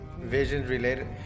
vision-related